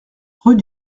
rue